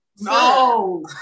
No